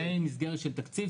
זו מסגרת של תקציב,